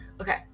Okay